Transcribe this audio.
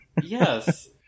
Yes